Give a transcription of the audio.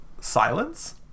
silence